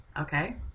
okay